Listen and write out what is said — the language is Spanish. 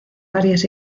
varias